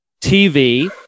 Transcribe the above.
TV